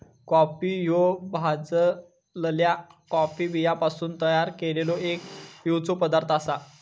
coffee ह्यो भाजलल्या coffee बियांपासून तयार केललो एक पिवचो पदार्थ आसा